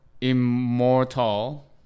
immortal